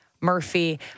Murphy